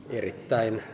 erittäin